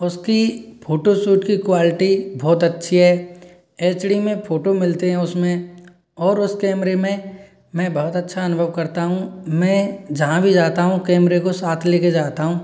उसकी फोटोशूट की क्वालिटी बहुत अच्छी है एच डी में फोटो मिलते हैं उसमें और उस कैमरे में मैं बहुत अच्छा अनुभव करता हूँ मैं जहाँ भी जाता हूँ कैमरे को साथ लेकर जाता हूँ